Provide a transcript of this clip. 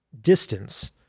distance